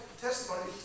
testimony